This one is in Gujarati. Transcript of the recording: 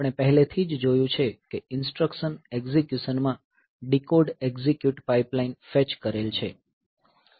આપણે પહેલેથી જ જોયું છે કે ઈન્સ્ટ્રકશન એક્ઝીક્યુશન માં ડીકોડ એક્ઝિક્યુટ પાઇપલાઇન ફેચ કરેલ છે